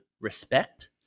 respect